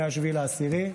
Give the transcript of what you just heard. מ-7 באוקטובר,